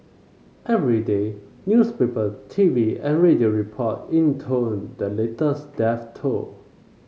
every day newspaper T V and radio report intoned the latest death toll